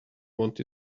want